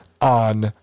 on